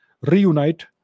reunite